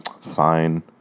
Fine